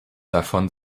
davon